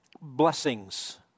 blessings